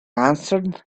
answered